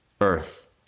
earth